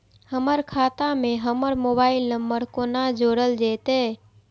हमर खाता मे हमर मोबाइल नम्बर कोना जोरल जेतै?